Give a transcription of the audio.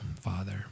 Father